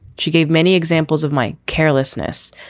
she gave many examples of my carelessness,